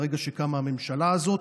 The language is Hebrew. מהרגע שקמה הממשלה הזאת,